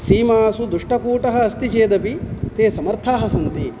सीमासु दुष्टकूटः अस्ति चेदपि ते समर्थाः सन्ति